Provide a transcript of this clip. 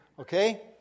Okay